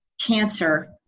cancer